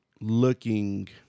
looking